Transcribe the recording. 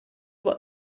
what